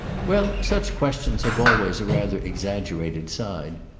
well, such questions have always a rather exaggerated side.